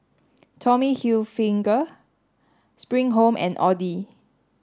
Tommy Hilfiger Spring Home and Audi